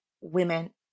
women